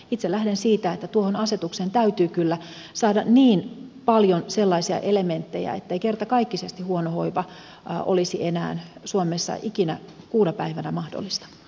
itse lähden siitä että tuohon asetukseen täytyy kyllä saada niin paljon sellaisia elementtejä ettei kertakaikkisesti huono hoiva olisi enää suomessa ikinä kuuna päivänä mahdollista